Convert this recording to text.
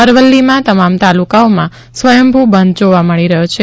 અરવલ્લીમાં તમામ તાલુકાઓમાં સ્વયંભૂ બંધ જોવા મળી રહ્યો છે